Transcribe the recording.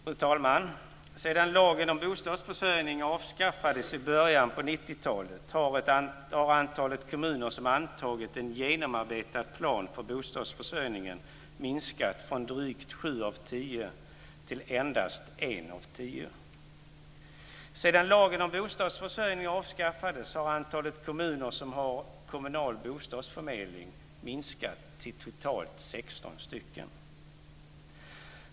Fru talman! Sedan lagen om bostadsförsörjning avskaffades i början av 1990-talet har antalet kommuner som antagit en genomarbetad plan för bostadsförsörjningen minskat från drygt sju av tio till endast en av tio. Sedan lagen om bostadsförsörjning avskaffades har antalet kommuner som har kommunal bostadsförmedling minskat till totalt 16 stycken.